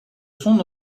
son